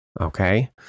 okay